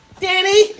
Danny